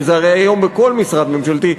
כי זה הרי היום בכל משרד ממשלתי,